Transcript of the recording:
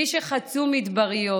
מי שחצו מדבריות,